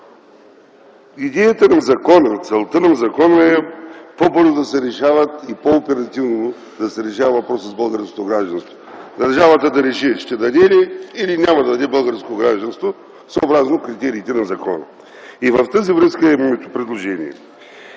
Идеята на закона, целта на закона е, по-бързо да се решава и по-оперативно да се решава въпросът с българското гражданство. Държавата да реши – ще даде ли или няма да даде българско гражданство, съобразно критериите на закона. В тази връзка е моето предложение.